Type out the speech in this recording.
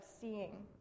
seeing